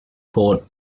port